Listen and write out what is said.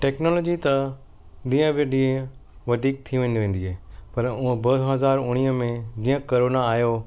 technology त ॾींहं की ॾींहं वधीक थी वेंदी आहे पर उहा ॿ हज़ार उणिवीह में जीअं करोना आहियो